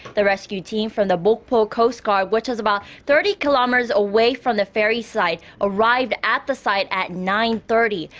the rescue team from the mokpo coast guard. which was about thirty kilometers away from the ferry site. arrived at the site at nine-thirty.